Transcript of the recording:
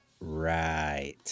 Right